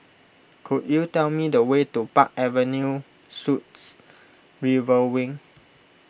could you tell me the way to Park Avenue Suites River Wing